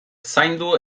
zaindu